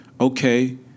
okay